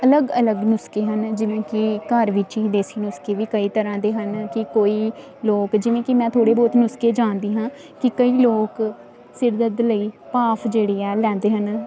ਅਲੱਗ ਅਲੱਗ ਨੁਸਖੇ ਹਨ ਜਿਵੇਂ ਕਿ ਘਰ ਵਿੱਚ ਹੀ ਦੇਸੀ ਨੁਸਖੇ ਵੀ ਕਈ ਤਰ੍ਹਾਂ ਦੇ ਹਨ ਕਿ ਕੋਈ ਲੋਕ ਜਿਵੇਂ ਕਿ ਮੈਂ ਥੋੜ੍ਹੇ ਬਹੁਤ ਨੁਸਖੇ ਜਾਣਦੀ ਹਾਂ ਕਿ ਕਈ ਲੋਕ ਸਿਰ ਦਰਦ ਲਈ ਭਾਫ਼ ਜਿਹੜੀ ਹੈ ਲੈਂਦੇ ਹਨ